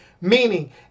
Meaning